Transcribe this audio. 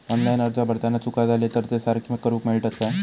Online अर्ज भरताना चुका जाले तर ते सारके करुक मेळतत काय?